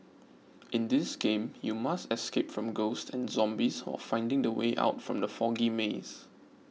in this game you must escape from ghosts and zombies while finding the way out from the foggy maze